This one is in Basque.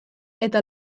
eta